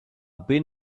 been